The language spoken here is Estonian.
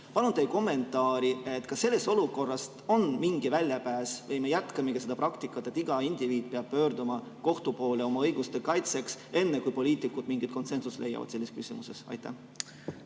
Palun teie kommentaari. Kas sellest olukorrast on mingi väljapääs või me jätkame seda praktikat, et iga indiviid peab pöörduma kohtu poole oma õiguste kaitseks, enne kui poliitikud mingi konsensuse leiavad selles küsimuses? Aitäh!